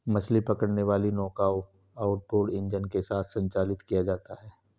मछली पकड़ने वाली नौकाओं आउटबोर्ड इंजन के साथ संचालित किया जाता है